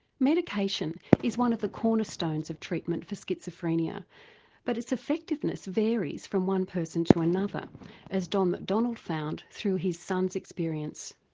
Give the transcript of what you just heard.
medication is one of the cornerstones of treatment for schizophrenia but its effectiveness varies from one person to another as don mcdonald found through his son's experience.